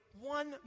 one